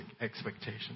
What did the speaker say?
expectations